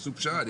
עשו פשרה.